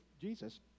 Jesus